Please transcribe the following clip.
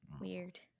weird